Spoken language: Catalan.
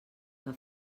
que